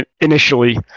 initially